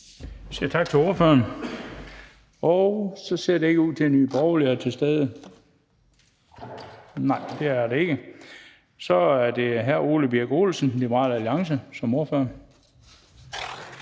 tak til ordføreren. Det ser ikke ud til, at Nye Borgerlige er til stede. Nej, det er de ikke. Så er det hr. Ole Birk Olesen, Liberal Alliance, som ordfører.